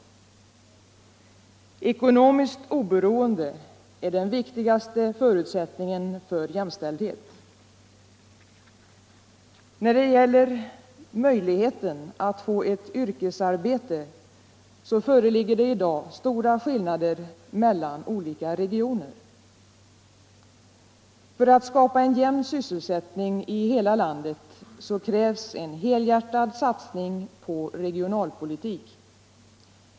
Ekonomiskt oberoende är den viktigaste förutsättningen för jämställdhet. När det gäller möjligheten att få ett yrkesarbete föreligger i dag stora skillnader mellan olika regioner. För att man skall kunna skapa en jämn syssclsättning i hela landet krävs en helhjärtad satsning på regionalpolitik.